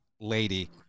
lady